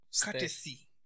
courtesy